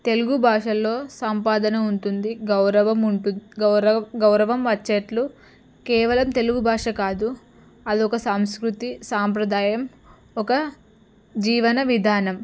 తెలుగు భాషలో సంపాదన ఉంటుంది గౌరవం ఉంటు గౌరవం గౌరవం వచ్చేటట్లు కేవలం తెలుగు భాష కాదు అదొక సంస్కృతి సాంప్రదాయం ఒక జీవన విధానం